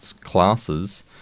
classes